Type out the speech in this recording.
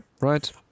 right